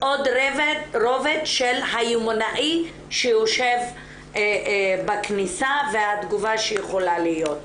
עוד רובד של היומנאי שיושב בכניסה והתגובה שיכולה להיות.